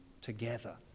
together